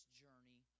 journey